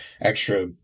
extra